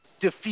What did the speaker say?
defeat